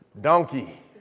donkey